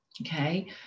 Okay